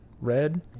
Red